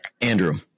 Andrew